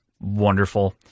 wonderful